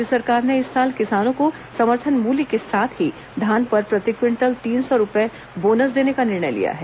राज्य सरकार ने इस साल किसानों को समर्थन मूल्य के साथ ही धान पर प्रति क्विंटल तीन सौ रूपये बोनस देने का निर्णय लिया है